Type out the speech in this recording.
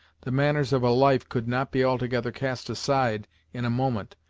the manners of a life could not be altogether cast aside in a moment,